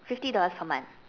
fifty dollars per month